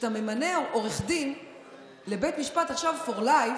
כשאתה ממנה עורך דין לבית משפט for life,